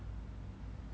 真的是借呢